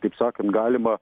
taip sakant galima